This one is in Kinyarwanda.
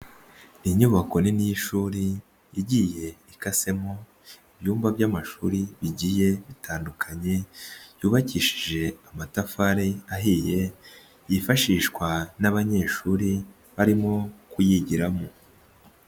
Inyubako nini y'ishuri igiye ikasemo ibyumba by'amashuri bigiye bitandukanye, byubakishije amatafari ahiye, yifashishwa n'abanyeshuri, barimo kuyigiramo.